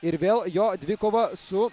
ir vėl jo dvikova su